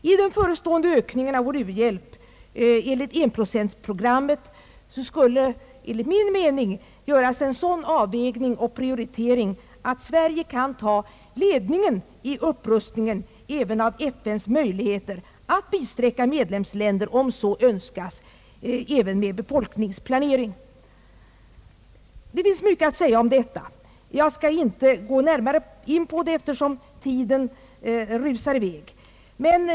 I den förestående ökningen av vår u-hjälp enligt 1 Zo-programmet bör enligt min mening göras en sådan avvägning och prioritering att Sverige kan ta ledningen i upprustningen även av FN:s möjligheter att bisträcka medlemsländer — som så önskar — med befolkningsplanering. Det finns mycket att säga i familjeplaneringsfrågan. Jag skall emellertid inte gå närmare in på den, eftersom tiden rusar i väg.